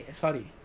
Sorry